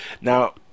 Now